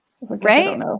right